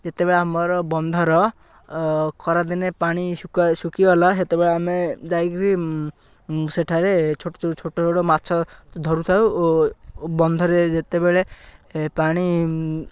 ଯେତେବେଳେ ଆମର ବନ୍ଧର ଖରାଦିନେ ପାଣି ଶୁକା ଶୁଖିଗଲା ସେତେବେଳେ ଆମେ ଯାଇକିରି ସେଠାରେ ଛୋଟ ଛୋ ଛୋଟ ଛୋଟ ମାଛ ଧରୁଥାଉ ଓ ବନ୍ଧରେ ଯେତେବେଳେ ପାଣି